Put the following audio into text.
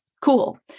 cool